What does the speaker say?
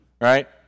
right